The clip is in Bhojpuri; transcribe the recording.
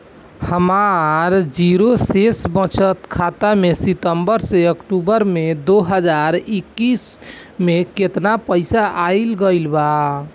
हमार जीरो शेष बचत खाता में सितंबर से अक्तूबर में दो हज़ार इक्कीस में केतना पइसा आइल गइल बा?